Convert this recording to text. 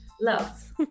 Love